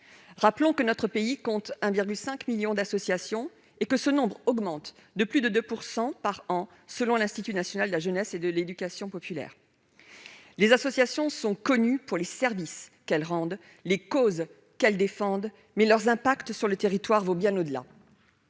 Rappelons que notre pays compte 1,5 million d'associations et que ce nombre augmente de plus de 2 % par an, selon l'Institut national de la jeunesse et de l'éducation populaire. Les associations sont connues pour les services qu'elles rendent, les causes qu'elles défendent, mais leurs impacts sur le territoire vont bien au-delà.